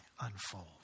unfold